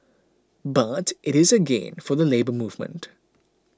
but it is a gain for the Labour Movement